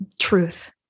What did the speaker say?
truth